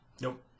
Nope